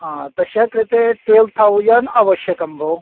तस्य कृते twelve thousand आवश्यकं भोः